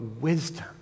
wisdom